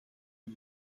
een